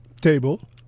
table